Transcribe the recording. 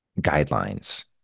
guidelines